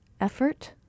Effort